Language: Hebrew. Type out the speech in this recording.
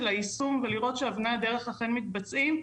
היישום ולראות שאבני הדרך אכן מתבצעים,